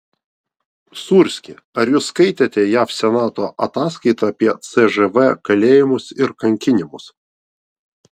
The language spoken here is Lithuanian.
sūrski ar jūs skaitėte jav senato ataskaitą apie cžv kalėjimus ir kankinimus